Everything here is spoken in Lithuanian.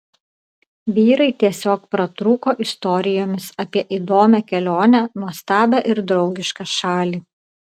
vyrai tiesiog pratrūko istorijomis apie įdomią kelionę nuostabią ir draugišką šalį